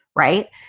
Right